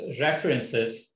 references